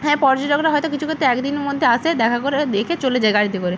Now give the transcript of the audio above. হ্যাঁ পর্যটকরা হয়তো কিছু ক্ষেত্রে একদিনের মধ্যে আসে দেখা করে দেখে চলে যায় গাড়িতে করে